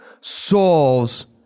solves